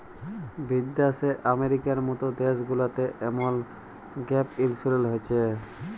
বিদ্যাশে আমেরিকার মত দ্যাশ গুলাতে এমল গ্যাপ ইলসুরেলস হছে